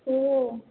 हो